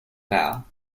bow